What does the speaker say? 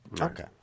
Okay